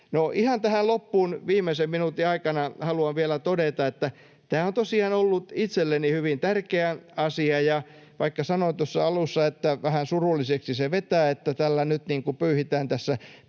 ihan tähän loppuun, viimeisen minuutin aikana, haluan vielä todeta, että tämä on tosiaan ollut itselleni hyvin tärkeä asia, ja kuten sanoin tuossa alussa, vähän surulliseksi se vetää, että tällä nyt pyyhitään tässä